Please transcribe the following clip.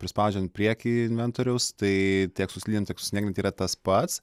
prispaudžiant priekį inventoriaus tai tiek su slidėm tiek su snieglente yra tas pats